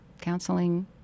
counseling